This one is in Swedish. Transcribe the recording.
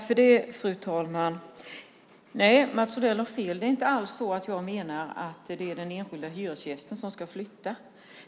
Fru talman! Mats Odell har fel. Jag menar inte alls att det är den enskilda hyresgästen som ska flytta.